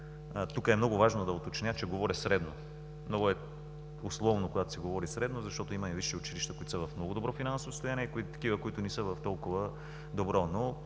Тук е много важно да уточня, че говоря средно. Много е условно, когато се говори средно, защото има и висши училища, които са в много добро финансово състояние, и такива, които не са в толкова добро,